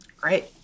great